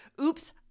Oops